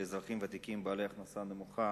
לאזרחים ותיקים בעלי הכנסה נמוכה),